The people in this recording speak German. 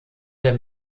der